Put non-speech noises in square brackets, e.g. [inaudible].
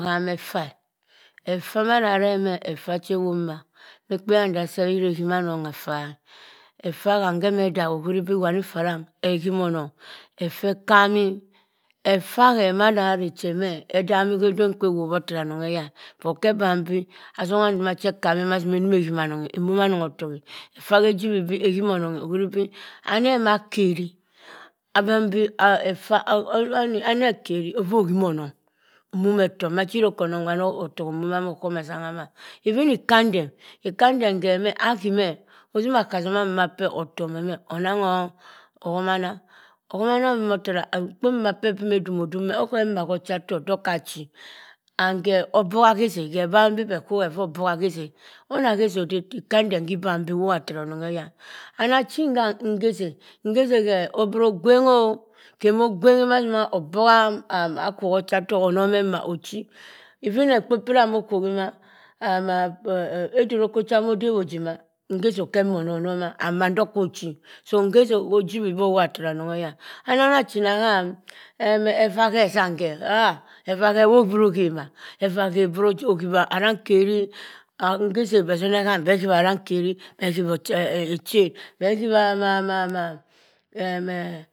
. Nhama effa eh, effa mada areh ma effa che ewop mah za ekpebha nda sef wura ehimannong affah e. effa ham ene dagh eh ohuribi wanii iffa arang ehimonong. effah ekami. Effa hẹ mada areh che mo e dami hogbekwa ewop ofava anonghaya but khe bambi azoha ndomache kami masima enima ehima anonghe enuma anong atok eh. Effah khejibi bi ehima ononghe ohuribi anema akeri abambi effa. Aneh keri ovaa ohima anong. omumeh ofok machiwura oko onong wari ofok omuma moghom ezangha ma. even ikandem. ikandem khe meh ahimeh ozima aghazamaa mbo peh otomo meh onangho ohomana. ohomana mboma tara ekpo mboma p'emeh dumodum mama okhe emah ehochatok dokachi. And khe oboha akhisi e obanbi weh khoghe off obogha akhisi e. onah akhisi odeh, ikandem khibah bii iwobha tara onongha aya e. Anachin gha nghese nghese khe obro gwengho. khe omogwenghi ma se ma obogha am, akhok ochatok onoma emma ochii. Even ekpo p'wura moghohima am, esiroko chiwura modebhi ojii ma ngisi okiemma ononoma and marin dokochi so nghesi kho jibhi bowobha tara anong ayah. Anana china ham effa hezam khe broghibha arankerii. Nghesi beh sonehan beh bubha arankerii, beh hibha echen, beh hibha ama ma ma ehe [unintelligible]